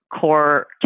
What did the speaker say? core